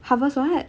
harvest what